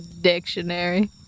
dictionary